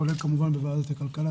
כולל כמובן בוועדת הכלכלה,